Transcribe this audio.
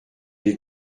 n’y